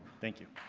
thank you.